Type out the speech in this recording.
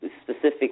specific